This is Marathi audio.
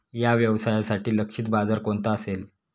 या व्यवसायासाठी लक्षित बाजार कोणता असेल?